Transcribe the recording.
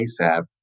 ASAP